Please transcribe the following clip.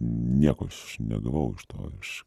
nieko aš negavau iš to aš